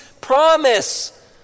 promise